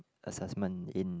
assessment in